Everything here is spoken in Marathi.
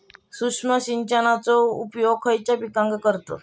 सूक्ष्म सिंचनाचो उपयोग खयच्या पिकांका करतत?